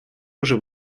уже